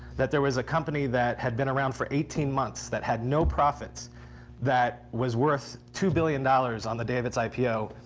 that there was a company that had been around for eighteen months that had no profits that was worth two billion dollars on the day of its ipo.